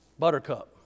buttercup